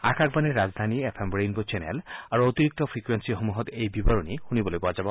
আকাশবাণীৰ ৰাজধানী F M rainbow channel আৰু অতিৰিক্ত ফ্ৰিকুৱেণিসমূহত এই বিৱৰণি শুনিবলৈ পোৱা যাব